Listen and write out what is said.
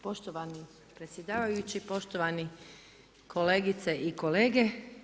Poštovani predsjedavajući, poštovani kolegice i kolege.